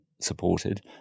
supported